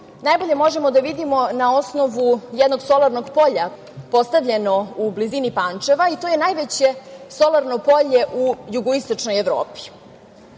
najbolje možemo da vidimo na osnovu jednog solarnog polja koje je postavljeno u blizini Pančeva i to je najveće solarno polje u jugoistočnoj